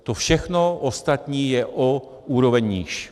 To všechno ostatní je o úroveň níž.